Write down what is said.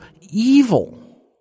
evil